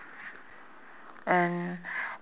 and